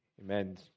Amen